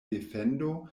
defendo